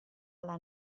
alla